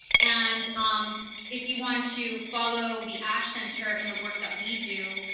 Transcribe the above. and um if you want to follow the ash center and the work that we do,